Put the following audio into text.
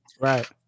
Right